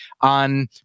on